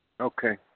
Okay